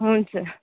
हुन्छ